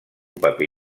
paper